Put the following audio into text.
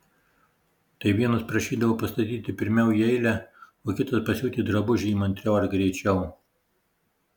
tai vienas prašydavo pastatyti pirmiau į eilę o kitas pasiūti drabužį įmantriau ar greičiau